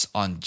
on